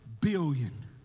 billion